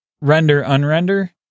render-unrender